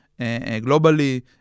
globally